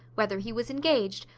whether he was engaged,